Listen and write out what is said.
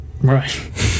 Right